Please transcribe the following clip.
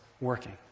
working